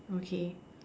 okay